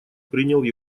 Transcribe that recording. принял